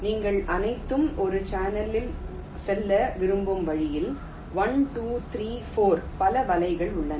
நீங்கள் அனைத்தும் ஒரு சேனலில் செல்ல விரும்பும் வழியில் 1 2 3 4 பல வலைகள் உள்ளன